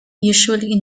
usually